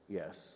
yes